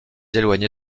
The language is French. éloignée